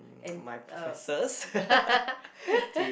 and uh the